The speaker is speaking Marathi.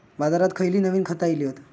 बाजारात खयली नवीन खता इली हत?